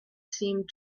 seemed